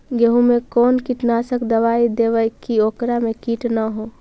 गेहूं में कोन कीटनाशक दबाइ देबै कि ओकरा मे किट न हो?